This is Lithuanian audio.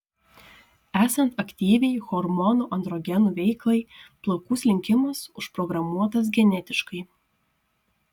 esant aktyviai hormonų androgenų veiklai plaukų slinkimas užprogramuotas genetiškai